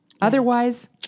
Otherwise